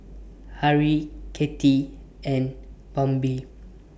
Harrie Katy and Bambi